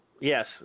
Yes